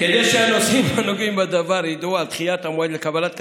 כדי שהנוסעים הנוגעים בדבר ידעו על דחיית המועד לקבלת כספם,